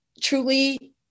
truly